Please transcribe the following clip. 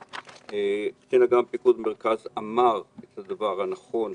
קצין אג"ם פיקוד מרכז אמר את הדבר הנכון,